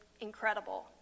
Incredible